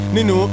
Nino